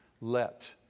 let